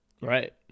Right